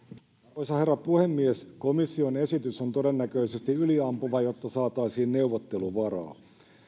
arvoisa herra puhemies komission esitys on todennäköisesti yliampuva jotta saataisiin neuvotteluvaraa